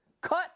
cut